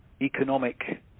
economic